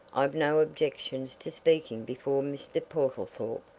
i've no objections to speaking before mr. portlethorpe,